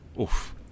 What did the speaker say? Oof